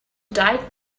died